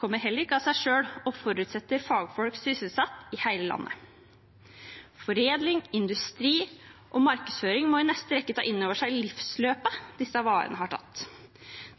seg selv, og forutsetter fagfolk sysselsatt i hele landet. Foredling, industri og markedsføring må i neste rekke ta inn over seg livsløpet disse varene har tatt.